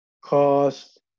cost